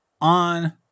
on